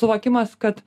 suvokimas kad